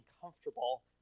comfortable